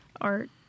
art